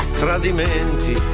tradimenti